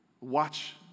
watch